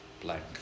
blank